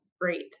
great